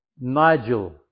Nigel